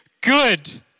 good